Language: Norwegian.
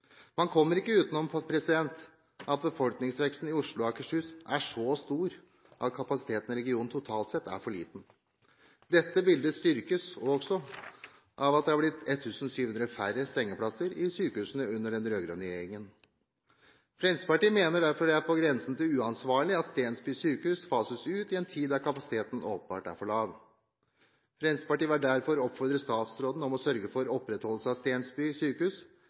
Man kommer ikke utenom at befolkningsveksten i Oslo og Akershus er så stor at kapasiteten i regionen totalt sett er for liten. Dette bildet styrkes også av at det har blitt 1 700 færre sengeplasser i sykehusene under den rød-grønne regjeringen. Fremskrittspartiet mener derfor det er på grensen til uansvarlig at Stensby sykehus fases ut i en tid da kapasiteten åpenbart er for lav. Fremskrittspartiet vil derfor oppfordre statsråden til å sørge for opprettholdelse av Stensby sykehus